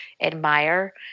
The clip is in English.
admire